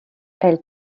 elle